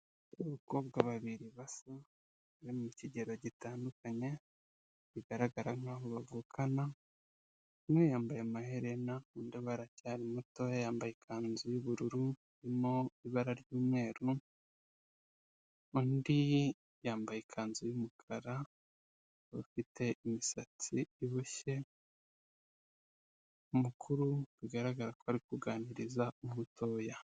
Abakobwa babiri basa bari mu kigero gitandukanye bigaragara nkaho bavukana ,umwe yambaye amaherena undi aracyari muto yambaye ikanzu y'ubururu irimo ibara ry'umweru ,undi yambaye ikanzu y'umukara afite imisatsi iboshye .Umukuru bigaragara ko ari kuganiriza umutoya.